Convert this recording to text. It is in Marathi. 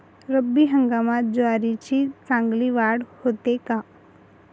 रब्बी हंगामात ज्वारीची चांगली वाढ होते का?